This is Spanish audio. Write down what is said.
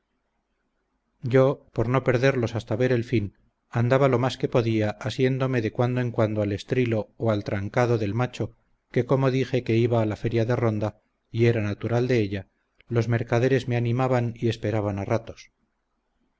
yo por no perderlos hasta ver el fin andaba lo más que podía asiéndome de cuando en cuando al estrilo o al trancado del macho que como dije que iba a la feria de ronda y era natural de ella los mercaderes me animaban y esperaban a ratos